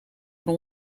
voor